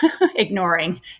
ignoring